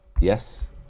Yes